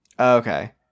okay